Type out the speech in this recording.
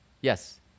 yes